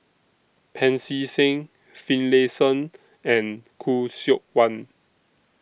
Pancy Seng Finlayson and Khoo Seok Wan